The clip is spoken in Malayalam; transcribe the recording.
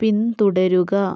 പിന്തുടരുക